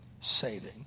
saving